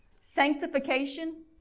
sanctification